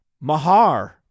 Mahar